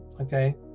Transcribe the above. Okay